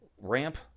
ramp